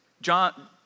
John